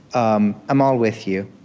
um i'm all with you.